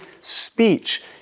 speech